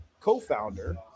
co-founder